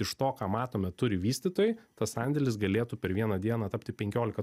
iš to ką matome turi vystytojai tas sandėlis galėtų per vieną dieną tapti penkiolika